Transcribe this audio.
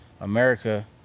America